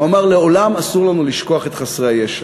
הוא אמר: לעולם אסור לנו לשכוח את חסרי הישע.